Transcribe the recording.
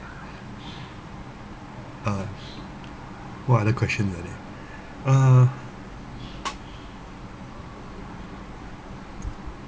um what other question are there uh